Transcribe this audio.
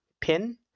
pin